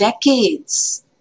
decades